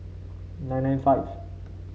nine nine five